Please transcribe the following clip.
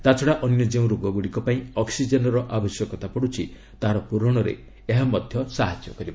ତା'ଛଡ଼ା ଅନ୍ୟ ଯେଉଁ ରୋଗଗୁଡ଼ିକ ପାଇଁ ଅକ୍କିଜେନ୍ର ଆବଶ୍ୟକତା ପଡୁଛି ତାହାର ପ୍ରରଣରେ ଏହା ମଧ୍ୟ ସାହାଯ୍ୟ କରିବ